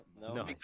no